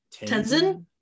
Tenzin